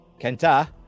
Kenta